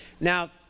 Now